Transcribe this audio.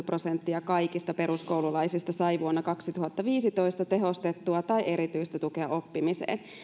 prosenttia kaikista peruskoululaisista sai vuonna kaksituhattaviisitoista tehostettua tai erityistä tukea oppimiseen